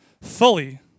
fully